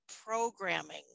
programming